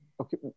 okay